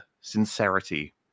sincerity